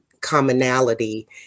commonality